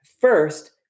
first